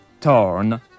torn